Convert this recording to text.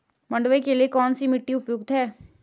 मंडुवा के लिए कौन सी मिट्टी उपयुक्त है?